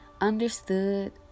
understood